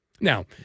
Now